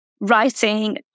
writing